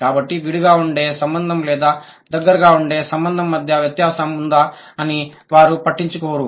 కాబట్టి విడిగా ఉండే సంబంధం లేదా దగ్గర గా ఉండే సంబంధం మధ్య వ్యత్యాసం ఉందా అని వారు పట్టించుకోరు